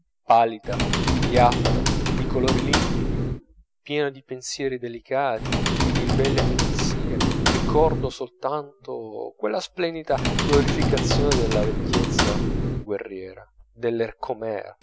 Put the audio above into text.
pallida diafana di colori limpidi piena di pensieri delicati e di belle minuzie ricordo soltanto quella splendida glorificazione della vecchiezza guerriera